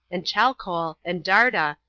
and chalcol, and darda,